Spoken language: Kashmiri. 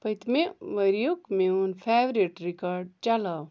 پٔتمہِ ؤرۍ یُک میٛون فیورِٹ رِکارڈ چلاو